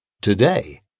Today